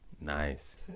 Nice